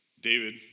David